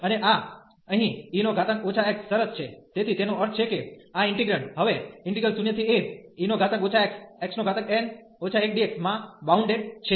અને આ અહીં e xસરસ છે તેથી તેનો અર્થ છે કે આ ઈન્ટિગ્રેન્ડ હવે 0ae xxn 1dx માં બાઉન્ડેડ છે